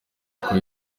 uko